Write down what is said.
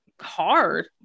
hard